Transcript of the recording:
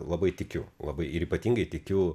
labai tikiu labai ir ypatingai tikiu